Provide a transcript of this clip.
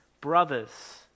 Brothers